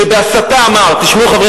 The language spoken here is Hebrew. שבהסתה אמר, תשמעו, חברי